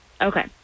Okay